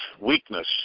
weakness